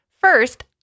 First